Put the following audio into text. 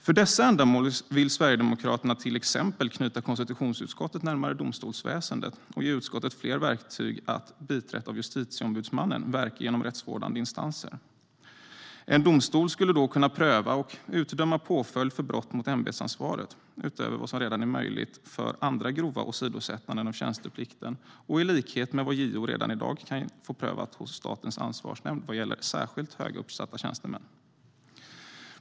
För dessa ändamål vill Sverigedemokraterna till exempel knyta konstitutionsutskottet närmare domstolsväsendet och ge utskottet fler verktyg att, biträtt av Justitieombudsmannen, verka genom rättsvårdande instanser. En domstol skulle då kunna pröva och utdöma påföljd för brott mot ämbetsansvaret, utöver vad som redan är möjligt för andra grova åsidosättanden av tjänsteplikten och i likhet med vad JO redan i dag kan få prövat hos Statens ansvarsnämnd vad gäller särskilt högt uppsatta tjänstemän.